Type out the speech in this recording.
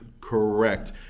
Correct